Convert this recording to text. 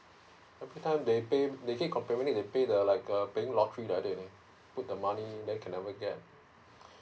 every time they pay they keep complaining they need pay the like uh paying lottery everyday already they put the money then can never get